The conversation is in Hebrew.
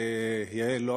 יעל,